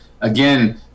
Again